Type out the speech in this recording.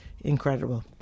incredible